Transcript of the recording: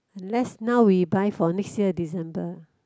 unless now we buy for next year December